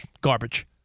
garbage